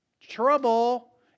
Trouble